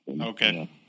Okay